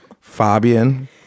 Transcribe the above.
Fabian